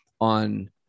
on